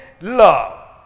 love